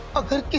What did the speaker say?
of the